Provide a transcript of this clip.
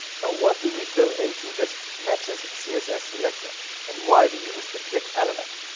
now, what do we fill into this matches css selector and why we use the click element.